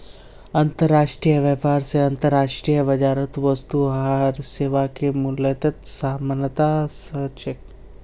अंतर्राष्ट्रीय व्यापार स अंतर्राष्ट्रीय बाजारत वस्तु आर सेवाके मूल्यत समानता व स छेक